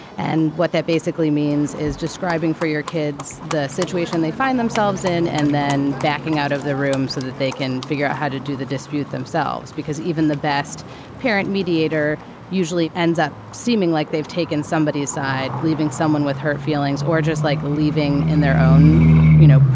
and what that basically means is describing for your kids the situation they find themselves in and then backing out of the room so that they can figure out how to do the dispute themselves, because even the best parent mediator usually ends up seeming like they've taken somebody aside, leaving someone with hurt feelings or just like leaving in their own, you know,